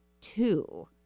two